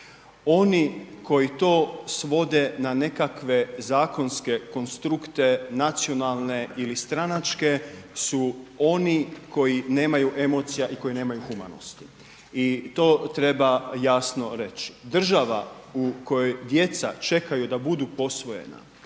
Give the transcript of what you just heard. Oni koji to svode na nekakve zakonske konstrukte nacionalne ili stranačke su oni koji nemaju emocija i koji nemaju humanosti i to treba jasno reći. Država u kojoj djeca čekaju da budu posvojena